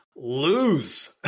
lose